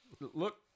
look